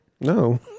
No